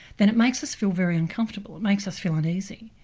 then it makes us feel very uncomfortable, it makes us feel uneasy.